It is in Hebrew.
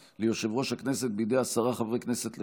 ליושב-ראש הכנסת בידי עשרה חברי כנסת לפחות,